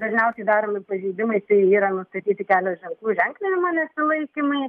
dažniausiai daromi pažeidimai tai yra nustatyti kelio ženklų ženklinimo nesilaikymai